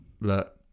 Look